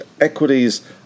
equities